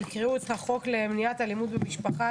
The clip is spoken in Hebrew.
יקראו את חוק למניעת אלימות במשפחה,